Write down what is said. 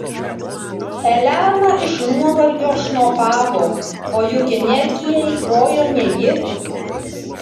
elena iš nuovargio šnopavo o juk energiją eikvojo ne ji